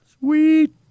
Sweet